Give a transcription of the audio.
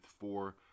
four